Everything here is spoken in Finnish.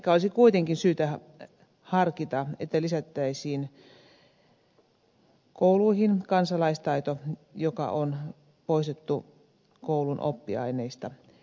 ehkä olisi kuitenkin syytä harkita että lisättäisiin kouluihin kansalaistaito joka on poistettu koulun oppiaineista